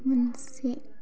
मोनसे